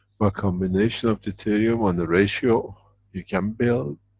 by combination of deuterium and the ratio you can built,